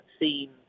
seen